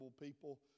people